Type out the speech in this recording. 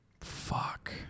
Fuck